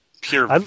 pure